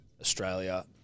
Australia